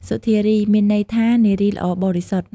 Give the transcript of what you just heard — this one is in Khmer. សុធារី មានន័យថានារីល្អបរិសុទ្ធ។